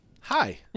Hi